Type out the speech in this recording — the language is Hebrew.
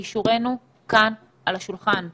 לאישורנו עד יום שני הקרוב.